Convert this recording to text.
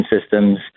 systems